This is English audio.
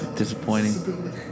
Disappointing